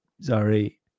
Sorry